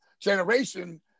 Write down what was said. generation